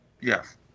Yes